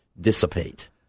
dissipate